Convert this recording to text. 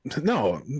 no